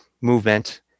movement